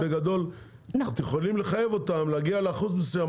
את אומרת בגדול שיכולים לחייב אותם להגיע לאחוז מסוים,